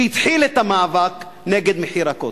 שהתחיל את המאבק נגד מחיר ה"קוטג'".